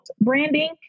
branding